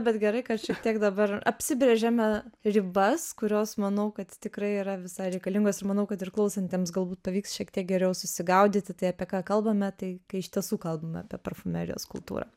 bet gerai kad šiek tiek dabar apsibrėžeme ribas kurios manau kad tikrai yra visai reikalingos ir manau kad ir klausantiems galbūt pavyks šiek tiek geriau susigaudyti tai apie ką kalbame tai kai iš tiesų kalbame apie parfumerijos kultūrą